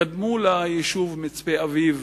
קדמו ליישוב מצפה-אביב